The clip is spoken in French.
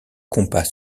compas